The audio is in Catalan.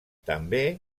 també